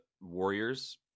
Warriors